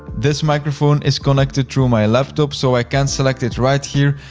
this microphone is connected through my laptop, so i can't select it right here,